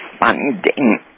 funding